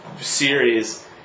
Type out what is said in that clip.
series